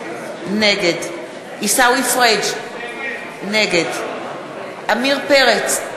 נגד עיסאווי פריג' נגד עמיר פרץ,